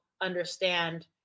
understand